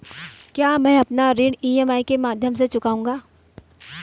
क्या मैं अपना ऋण ई.एम.आई के माध्यम से चुकाऊंगा?